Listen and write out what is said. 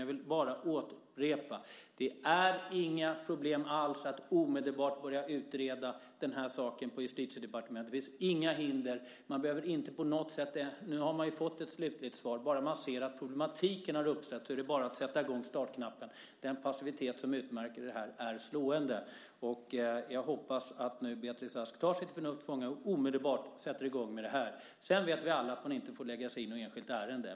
Jag vill bara upprepa: Det är inga problem alls att omedelbart börja utreda detta på Justitiedepartementet. Det finns inga hinder. Nu har man fått ett slutgiltigt svar, och så snart man ser problematiken är det bara att trycka på startknappen. Den passivitet som har utmärkt detta är slående. Jag hoppas att Beatrice Ask tar sitt förnuft till fånga och omedelbart sätter i gång med detta. Sedan vet vi alla att man inte får lägga sig i ett enskilt ärende.